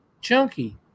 Chunky